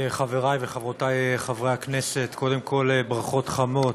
חבריי וחברותיי חברי הכנסת, קודם כול, ברכות חמות